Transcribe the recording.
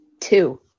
two